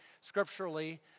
scripturally